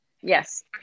Yes